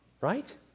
Right